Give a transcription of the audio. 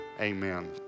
Amen